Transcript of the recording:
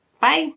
Bye